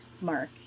mark